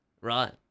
Right